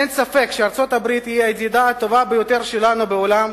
אין ספק שארצות-הברית היא הידידה הטובה ביותר שלנו בעולם,